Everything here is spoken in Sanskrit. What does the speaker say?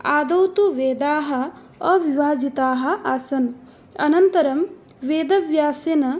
आदौ तु वेदाः अविभाजिताः आसन् अनन्तरं वेदव्यासेन